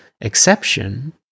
exception